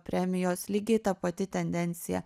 premijos lygiai ta pati tendencija